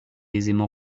aisément